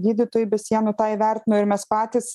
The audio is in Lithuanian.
gydytojai be sienų tą įvertino ir mes patys